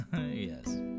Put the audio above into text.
yes